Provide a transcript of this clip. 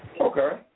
Okay